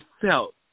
felt